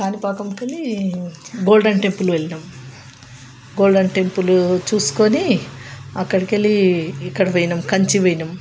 కాణిపాకం వెళ్ళి golden temple వెళ్ళినాం golden temple చూసుకొని అక్కడికి వెళ్ళి ఇక్కడ పోయినాం కంచి పోయినాం